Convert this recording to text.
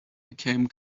became